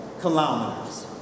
kilometers